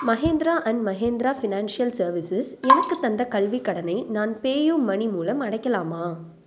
Mahindra and Mahindra financial services எனக்குத் தந்த கல்விக் கடனை நான் பேயூ மணி மூலம் அடைக்கலாமா